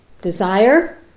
desire